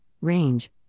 range